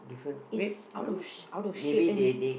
it's out of out of shape and